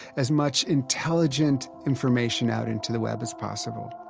as much intelligent information out into the web as possible